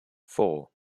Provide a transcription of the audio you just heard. four